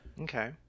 Okay